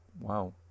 Wow